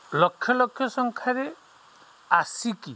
ଲକ୍ଷ ଲକ୍ଷ ସଂଖ୍ୟାରେ ଆସିକି